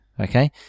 okay